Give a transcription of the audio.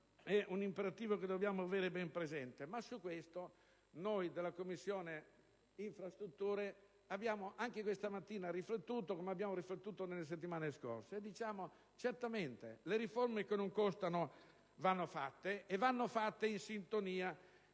della crescita lo dobbiamo tenere ben presente. Su questo noi della Commissione infrastrutture abbiamo anche questa mattina riflettuto, come lo abbiamo fatto nelle settimane scorse, e diciamo che certamente le riforme che non costano vanno fatte e vanno realizzate in sintonia